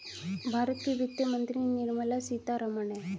भारत की वित्त मंत्री निर्मला सीतारमण है